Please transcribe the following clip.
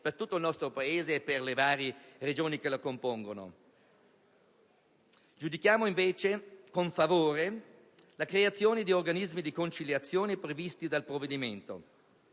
per tutto il nostro Paese e per le varie Regioni che lo compongono. Giudichiamo invece con favore la creazione di organismi di conciliazione previsti dal provvedimento.